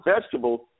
vegetables